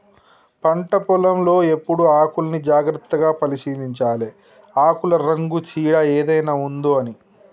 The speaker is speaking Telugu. పంట పొలం లో ఎప్పుడు ఆకుల్ని జాగ్రత్తగా పరిశీలించాలె ఆకుల రంగు చీడ ఏదైనా ఉందొ అని